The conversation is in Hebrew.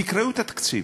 תקראו את התקציב.